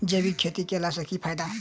जैविक खेती केला सऽ की फायदा?